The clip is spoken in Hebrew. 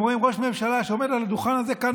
הם רואים ראש ממשלה שעומד על הדוכן הזה כאן,